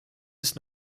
ist